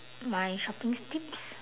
my shopping tips